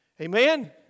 Amen